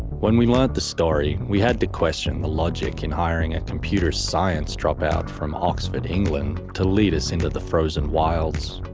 when we learnt the story, we had to question the logic in hiring a computer science dropout from oxford, england to lead us into the frozen wilds.